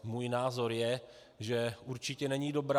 Můj názor je, že určitě není dobrá.